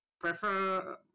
prefer